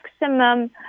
maximum